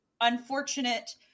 unfortunate